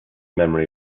memory